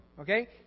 Okay